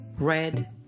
Red